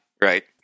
right